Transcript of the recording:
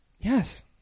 Yes